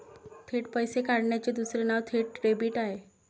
थेट पैसे काढण्याचे दुसरे नाव थेट डेबिट आहे